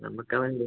നമുക്ക് അവൻ്റെ